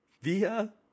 Via